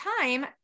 time